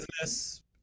business